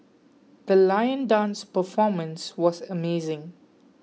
the lion dance performance was amazing